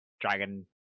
dragon